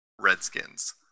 Redskins